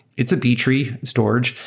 it's a b-tree storage,